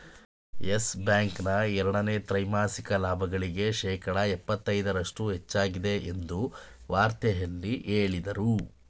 Yes Bank ನ ಎರಡನೇ ತ್ರೈಮಾಸಿಕ ಲಾಭಗಳಿಗೆ ಶೇಕಡ ಎಪ್ಪತೈದರಷ್ಟು ಹೆಚ್ಚಾಗಿದೆ ಎಂದು ವಾರ್ತೆಯಲ್ಲಿ ಹೇಳದ್ರು